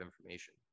information